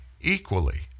equally